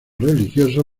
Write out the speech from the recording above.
religioso